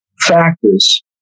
factors